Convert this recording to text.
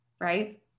right